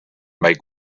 make